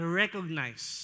recognize